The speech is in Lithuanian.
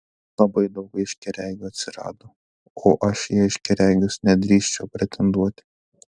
labai daug aiškiaregių atsirado o aš į aiškiaregius nedrįsčiau pretenduoti